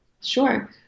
Sure